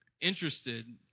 interested